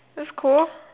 that's cool